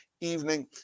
evening